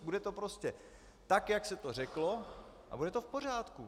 Bude to prostě tak, jak se to řeklo, a bude to v pořádku.